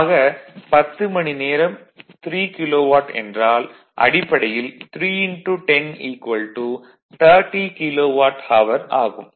ஆக 10 மணி நேரம் 3 கிலோவாட் என்றால் அடிப்படையில் 3 10 30 கிலோவாட் அவர் ஆகும்